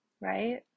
right